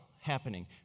happening